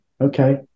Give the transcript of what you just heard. Okay